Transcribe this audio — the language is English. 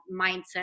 mindset